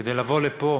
כדי לבוא לפה